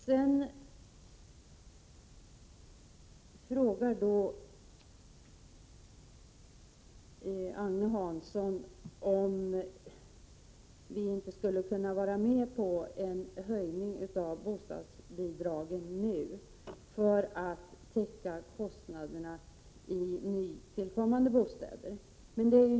Agne Hansson frågar om vi inte skulle kunna vara med på en höjning av bostadsbidragen nu, för att täcka kostnaderna i nytillkommande bostäder.